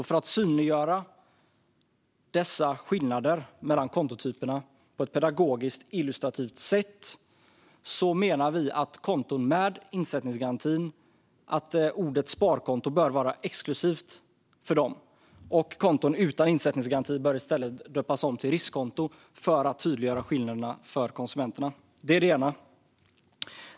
För att tydliggöra dessa skillnader mellan kontotyperna för konsumenterna på ett pedagogiskt illustrativt sätt menar vi att ordet sparkonto bör vara exklusivt för konton med insättningsgaranti och att konton utan insättningsgaranti bör döpas om till riskkonton. Det är vårt ena förslag.